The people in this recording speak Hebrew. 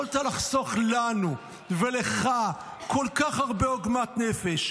יכולת לחסוך לנו ולך כל כך הרבה עוגמת נפש,